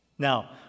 Now